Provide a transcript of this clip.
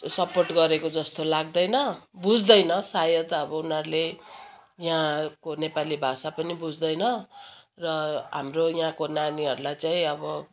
support गरेको जस्तो लाग्दैन बुझ्दैन सायद अब उनीहरूले यहाँको नेपाली भाषा पनि बुझ्दैन र हाम्रो यहाँको नानीहरूलाई चाहिँ अब